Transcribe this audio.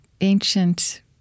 ancient